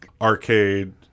Arcade